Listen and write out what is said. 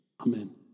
Amen